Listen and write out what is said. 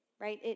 right